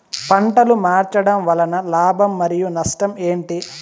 పంటలు మార్చడం వలన లాభం మరియు నష్టం ఏంటి